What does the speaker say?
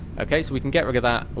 okay so, we can get rid of that,